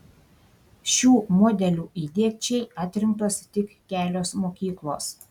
šių modelių įdiegčiai atrinktos tik kelios mokyklos